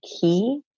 key